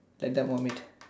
that one meter